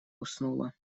уснула